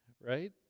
right